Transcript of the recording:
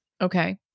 Okay